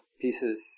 pieces